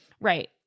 right